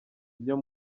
byo